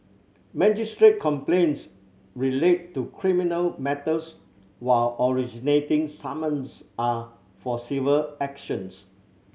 magistrate's complaints relate to criminal matters while originating summons are for civil actions